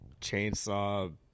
chainsaw